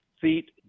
feet